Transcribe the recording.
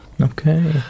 Okay